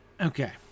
Okay